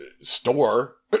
store